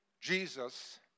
Jesus